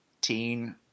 teen